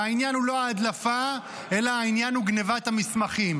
והעניין הוא לא ההדלפה אלא העניין הוא גנבת המסמכים,